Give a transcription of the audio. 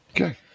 Okay